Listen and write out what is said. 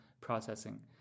processing